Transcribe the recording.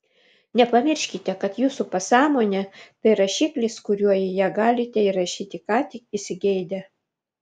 nepamirškite kad jūsų pasąmonė tai rašiklis kuriuo į ją galite įrašyti ką tik įsigeidę